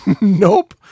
Nope